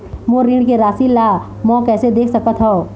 मोर ऋण के राशि ला म कैसे देख सकत हव?